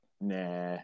Nah